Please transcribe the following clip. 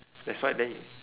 that's why then y~